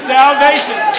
salvation